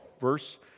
verse